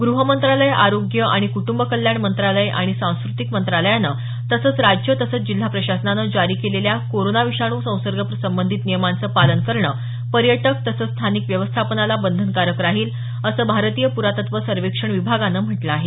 गृह मंत्रालय आरोग्य आणि कुटुंब कल्याण मंत्रालय आणि सांस्क्रतिक मंत्रालयानं तसंच राज्य तसंच जिल्हा प्रशासनानं जारी केलेल्या कोरोना विषाणू संसर्ग संबंधित नियमांचं पालन करणं पर्यटक तसंच स्थानिक व्यवस्थापनाला बंधनकारक राहील असं भारतीय पुरातत्व सर्वेक्षण विभागान म्हटलं आहे